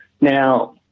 Now